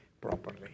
properly